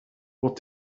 what